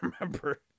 remember